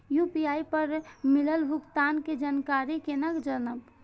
UPI पर मिलल भुगतान के जानकारी केना जानब?